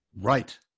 right